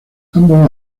ambos